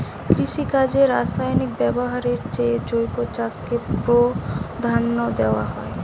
কৃষিকাজে রাসায়নিক ব্যবহারের চেয়ে জৈব চাষকে প্রাধান্য দেওয়া হয়